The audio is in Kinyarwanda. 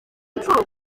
nshuro